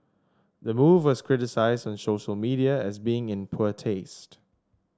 the move was criticised on social media as being in poor taste